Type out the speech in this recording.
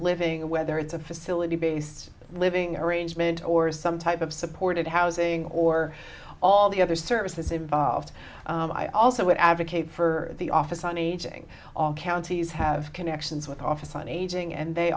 living whether it's a facility based living arrangement or some type of supportive housing or all the other services involved i also would advocate for the office on aging all counties have connections with office on aging and they